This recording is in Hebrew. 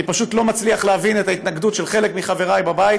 אני פשוט לא מצליח להבין את ההתנגדות של חלק מחבריי בבית